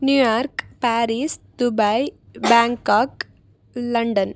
New York Paris Dubai Bangkok London